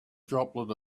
droplet